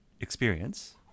experience